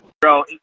bro